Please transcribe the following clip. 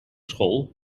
school